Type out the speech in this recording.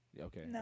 Okay